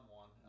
one